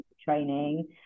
training